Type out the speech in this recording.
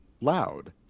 loud